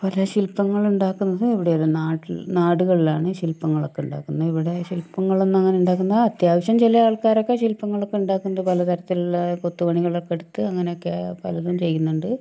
ഒരേ ശില്പങ്ങളുണ്ടാക്കുന്നത് ഇവിടെയല്ല നാട്ടിൽ നാടുകളിലാണ് ശില്പങ്ങളൊക്കെ ഉണ്ടാക്കുന്നത് ഇവിടെ ശില്പങ്ങളൊന്നും അങ്ങനെ ഉണ്ടാക്കുന്ന അത്യാവശ്യം ചില ആൾക്കാരൊക്കെ ശിൽപങ്ങളൊക്കെ ഉണ്ടാകുന്നുണ്ട് പലതരത്തിലുള്ള കൊത്തുപണികളൊക്കെ എടുത്ത് അങ്ങനെയൊക്കെ പലതും ചെയ്യുന്നുണ്ട്